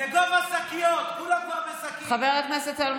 תודה רבה, חברת הכנסת עאידה תומא